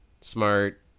smart